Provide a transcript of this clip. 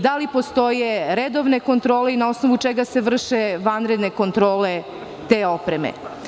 Da li postoje redovne kontrole i na osnovu čega se vrše vanredne kontrole te opreme.